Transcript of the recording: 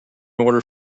order